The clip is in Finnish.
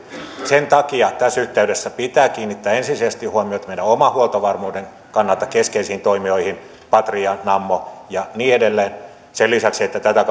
sen takia tässä yhteydessä pitää kiinnittää ensisijaisesti huomiota meidän oman huoltovarmuutemme kannalta keskeisiin toimijoihin patriaan nammoon ja niin edelleen sen lisäksi että tätä